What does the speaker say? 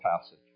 passage